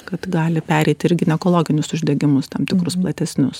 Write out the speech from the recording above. kad gali pereiti ir į ginekologinius uždegimus tam tikrus platesnius